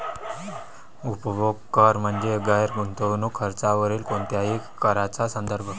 उपभोग कर म्हणजे गैर गुंतवणूक खर्चावरील कोणत्याही कराचा संदर्भ